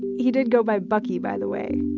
he did go by bucky by the way.